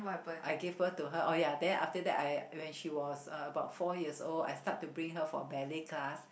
I gave birth to her oh ya then after that I when she was four years old I start to bring her for baby class